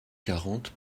quarante